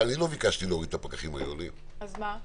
אני לא ביקשתי להוריד את הפקחים העירוניים --- אז מה?